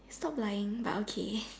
stop lying but okay